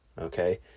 okay